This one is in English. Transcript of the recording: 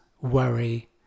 worry